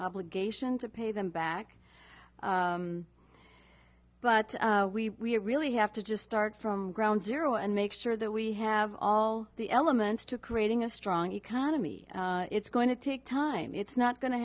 obligation to pay them back but we really have to just start from ground zero and make sure that we have all the elements to creating a strong economy it's going to take time it's not go